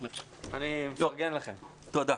תודה,